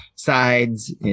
sides